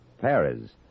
Paris